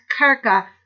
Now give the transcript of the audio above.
Karka